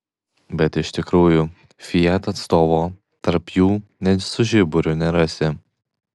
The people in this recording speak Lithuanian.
bet iš tikrųjų fiat atstovo tarp jų net su žiburiu nerasi